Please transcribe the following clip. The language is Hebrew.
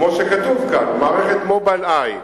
כמו שכתוב כאן, מערכת Mobileye,